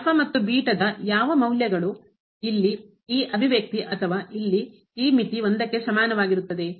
ಆದ್ದರಿಂದ ಮತ್ತು ದ ಯಾವ ಮೌಲ್ಯಗಳು ಇಲ್ಲಿಈ ಅಭಿವ್ಯಕ್ತಿ ಅಥವಾ ಇಲ್ಲಿ ಈ ಮಿತಿ ಸಮಾನವಾಗಿರುತ್ತದೆ